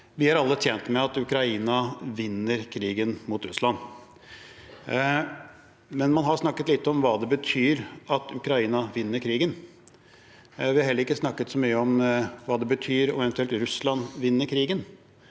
Vi er alle tjent med at Ukraina vinner krigen mot Russland, men man har snakket lite om hva det betyr om Ukraina vinner krigen. Vi har heller ikke snakket så mye om hva det betyr om eventuelt Russland vinner krigen.